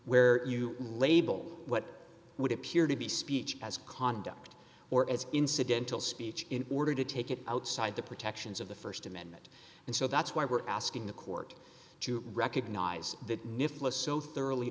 where you label what would appear to be speech as conduct or as incidental speech in order to take it outside the protections of the st amendment and so that's why we're asking the court to recognize that nif was so thoroughly